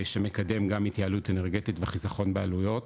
שמקדם גם התייעלות אנרגטית וחיסכון בעלויות.